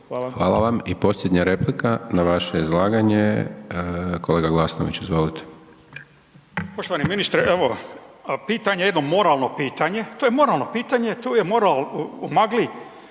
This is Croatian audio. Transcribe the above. Hvala vam. I posljednja replika na vaše izlaganje kolega Glasnović, izvolite. **Glasnović, Željko (Nezavisni)** Poštovani ministre evo ga, pitanje jedno moralno pitanje, to je moralno pitanje tu je moral u magli,